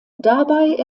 dabei